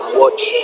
watch